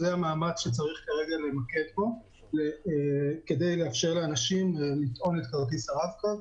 זה המאמץ שצריך כרגע להתמקד בו כדי לאפשר לאנשים לטעון את כרטיס הרב-קו,